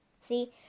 See